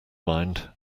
mind